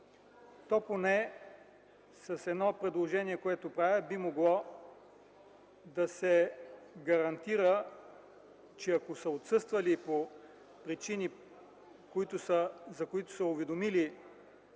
то поне с предложението, което правя, би могло да се гарантира, че ако са отсъствали по причини, за които са уведомили